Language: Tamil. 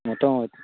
மொத்தம்